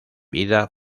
vida